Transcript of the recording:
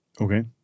Okay